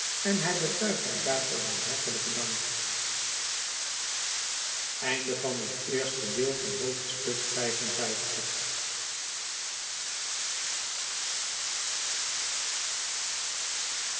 en hij betuigt haar daarvoor zijn hartelljken dank